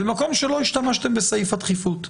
במקום שלא השתמשתם בסעיף הדחיפות.